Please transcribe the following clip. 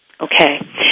Okay